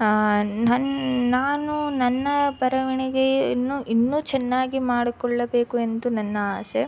ನನ್ನ ನಾನು ನನ್ನ ಬರವಣಿಗೆಯನ್ನು ಇನ್ನೂ ಚೆನ್ನಾಗಿ ಮಾಡಿಕೊಳ್ಳಬೇಕು ಎಂದು ನನ್ನ ಆಸೆ